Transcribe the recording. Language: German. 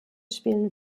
spielen